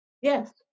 yes